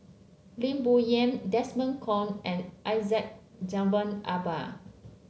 Lim Bo Yam Desmond Kon and Syed Jaafar Albar